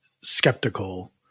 skeptical